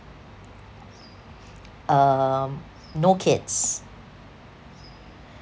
um no kids